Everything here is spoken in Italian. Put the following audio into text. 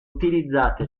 utilizzate